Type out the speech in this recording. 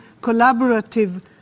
collaborative